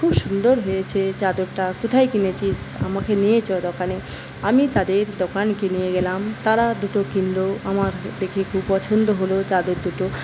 খুব সু ন্দর হয়েছে চাদরটা কোথায় কিনেছিস আমাকে নিয়ে চল ওখানে আমি তাদের দোকানকে নিয়ে গেলাম তারা দুটো কিনল আমার দেখে খুব পছন্দ হল চাদর দুটো